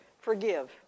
Forgive